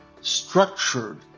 structured